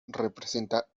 representa